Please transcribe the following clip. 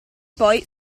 poi